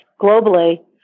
globally